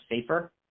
safer